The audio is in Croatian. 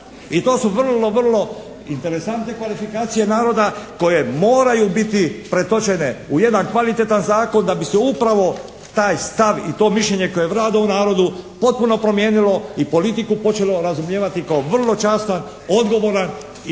I to su vrlo, vrlo interesantne kvalifikacije naroda koje moraju biti pretočene u jedan kvalitetan zakon da bi se upravo taj stav i to mišljenje koje vlada u ovom narodu potpuno promijenilo i politiku počelo razumijevati kao vrlo častan, odgovoran i